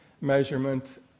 measurement